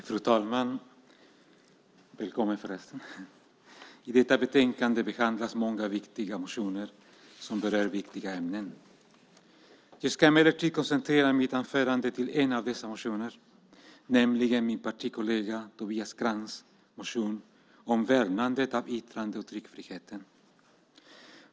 Fru talman! I detta betänkande behandlas många viktiga motioner som berör viktiga ämnen. Jag ska emellertid koncentrera mitt anförande till en av dessa motioner, nämligen min partikollega Tobias Krantz motion om värnandet av yttrande och tryckfriheten.